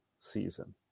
season